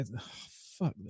Fuck